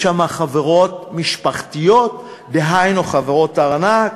יש שם חברות משפחתיות, דהיינו חברות ארנק.